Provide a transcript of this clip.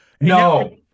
No